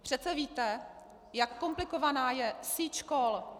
Přece víte, jak komplikovaná je síť škol.